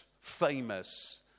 famous